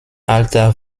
alter